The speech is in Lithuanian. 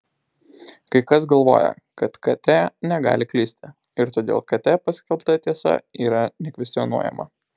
kai kas galvoja kad kt negali klysti ir todėl kt paskelbta tiesa yra nekvestionuojama